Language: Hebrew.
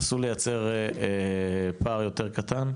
לשלושים יום, תנסו לייצר פער יותר קטן.